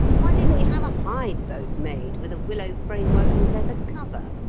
why didn't you have a hide boat made, with a willow framework and leather cover?